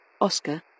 Oscar